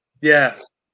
Yes